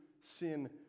sin